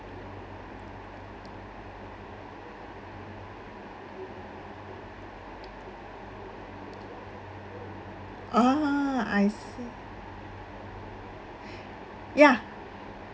ah I see yeah